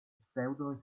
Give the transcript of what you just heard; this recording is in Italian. pseudo